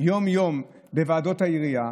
יום-יום בוועדות העירייה.